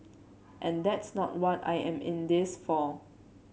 and that's not what I am in this for